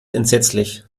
entsetzlich